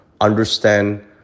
understand